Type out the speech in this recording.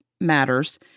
matters